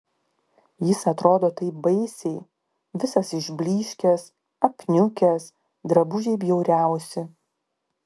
jis atrodo taip baisiai visas išblyškęs apniukęs drabužiai bjauriausi